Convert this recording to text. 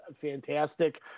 fantastic